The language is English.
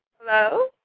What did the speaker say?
Hello